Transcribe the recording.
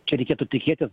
čia reikėtų tikėtis